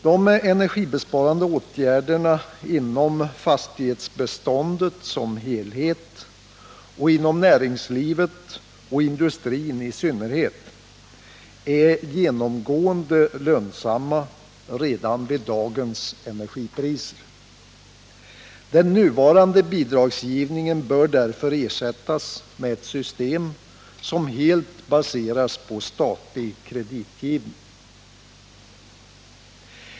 De energibesparande åtgärderna inom fastighetsbeståndet som helhet och inom näringslivet och industrin i synnerhet är genomgående lönsamma redan vid dagens energipriser. Den nuvarande bidragsgivningen bör därför ersättas med ett system som helt baseras på statlig kreditgivning.